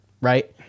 Right